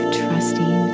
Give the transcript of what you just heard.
trusting